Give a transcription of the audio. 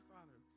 Father